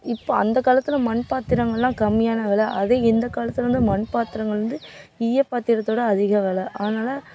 இப்போ அந்த காலத்தில் மண் பாத்திரங்களெலாம் கம்மியான விலை அதே இந்த காலத்தில் வந்து மண் பாத்திரங்கள் வந்து ஈயப் பாத்திரத்தோட அதிக விலை அதனால்